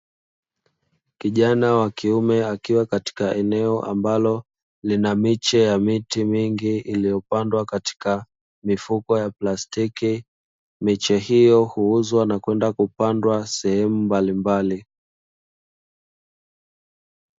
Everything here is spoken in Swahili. Kijana wa kiume akiwa katika eneo ambalo lina miche ya miti mingi iliyopandwa katika mifuko ya plastiki. Miche hiyo huuzwa na kwenda kupandwa sehemu mbalimbali.